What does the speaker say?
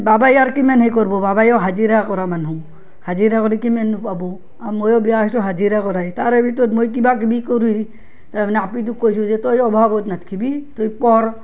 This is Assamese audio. বাবাই আৰু কিমান সেই কৰিব বাবায়ো হাজিৰা কৰা মানুহ হাজিৰা কৰি কিমাননো পাব আৰু ময়ো বিয়া হৈছোঁ হাজিৰা কৰাই তাৰে ভিতৰত মই কিবাকিবি কৰি তাৰপিনে আপীটোক কৈছোঁ যে তই অভাৱত নাথকিবি তই পঢ়